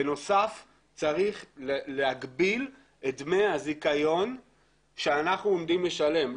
בנוסף צריך להגביל את דמי הזיכיון שאנחנו עומדים לשלם.